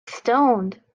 stoned